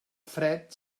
fred